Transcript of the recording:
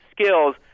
skills